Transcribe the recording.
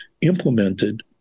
implemented